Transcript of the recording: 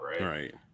Right